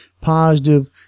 positive